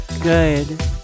Good